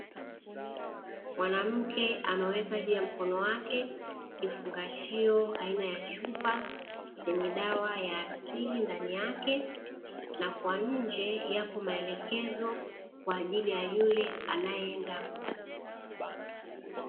Mwanamke ameweka juu ya mkono wake kifungashio aina ya chupa, chenye dawa ya asili ndani yake, na kwa nje yapo maelekezo kwa ajili ya yule anayeenda kutumia.